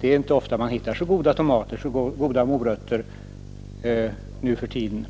Det är inte ofta man hittar verkligt goda tomater eller morötter nu för tiden.